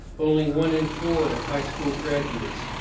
only one in four are high school graduates.